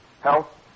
health